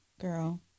Girl